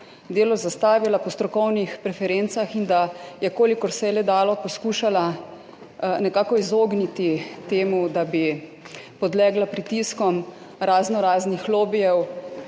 delo zastavila po strokovnih preferencah in da je kolikor se je le dalo, poskušala nekako izogniti temu, da bi podlegla pritiskom razno raznih lobijev,